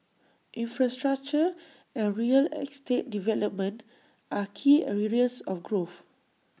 infrastructure and real estate development are key areas of growth